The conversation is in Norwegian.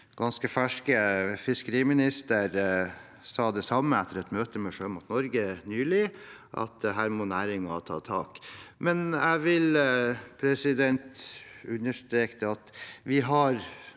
ganske ferske fiskeriministeren sa det samme etter et møte med Sjømat Norge nylig, at her må næringen ta tak. Jeg vil understreke at vi